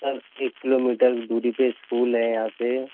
سر ایک kilometre دوری پہ اسکول ہے یہاں سے